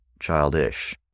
childish